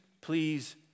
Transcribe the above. please